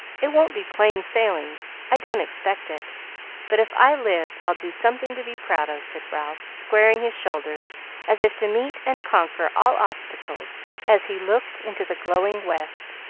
it won't be plain sailing i don't expect it but, if i live, i'll do something to be proud of, said ralph, squaring his shoulders as if to meet and conquer all obstacles as he looked into the glowing west,